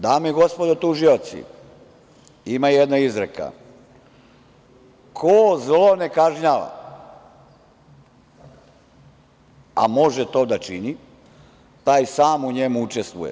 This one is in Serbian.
Dame i gospodo tužioci, ima jedna izreka – ko zlo ne kažnjava, a može to da čini, taj sam u njemu učestvuje.